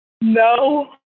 No